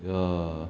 ya